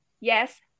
yes